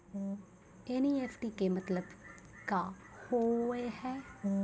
NEFT के मतलब का होव हेय?